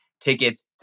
tickets